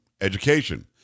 education